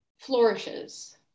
flourishes